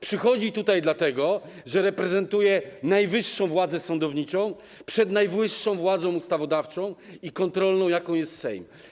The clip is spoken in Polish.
Przychodzi tutaj dlatego, że reprezentuje najwyższą władzę sądowniczą przed najwyższą władzą ustawodawczą i kontrolną, jaką jest Sejm.